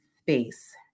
space